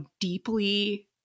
deeply